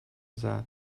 that